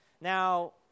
Now